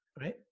right